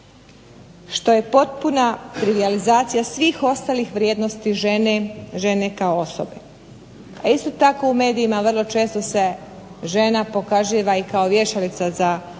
se ne razumije) svih ostalih vrijednosti žene kao osobe. A isto tako u medijima vrlo često se žena pokazuje i kao vješalica za odjeću,